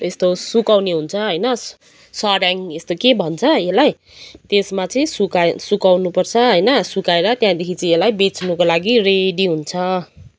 यस्तो सुकाउने हुन्छ होइन सऱ्याङ यस्तो के भन्छ यसलाई त्यसमा चाहिँ सुकाए सुकाउनुपर्छ होइन सुकाएर त्यहाँदेखि चाहिँ यसलाई बेच्नुको लागि रेडी हुन्छ